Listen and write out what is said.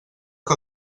que